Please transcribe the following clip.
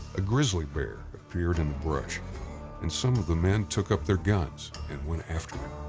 a grizzly bear appeared in the brush and some of the men took up their guns and went after it.